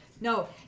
No